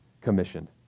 commissioned